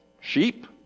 sheep